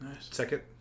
second